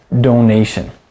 donation